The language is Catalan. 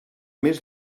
mes